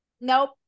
Nope